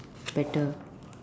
better